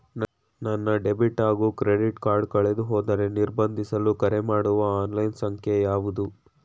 ನನ್ನ ಡೆಬಿಟ್ ಹಾಗೂ credit card ಕಳೆದುಹೋದರೆ ನಿರ್ಬಂಧಿಸಲು ಕರೆಮಾಡುವ ಆನ್ಲೈನ್ ಸಂಖ್ಯೆಯಾವುದು?